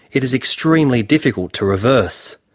it is extremely difficult to reverse.